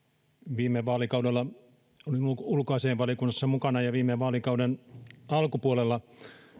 viime vaalikaudella olin ulkoasiainvaliokunnassa mukana ja viime vaalikauden alkupuolella